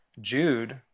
Jude